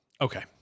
Okay